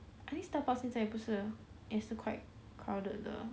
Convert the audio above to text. I think Starbucks 现在不是也是 quite crowded 的